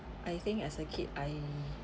I think as a kid I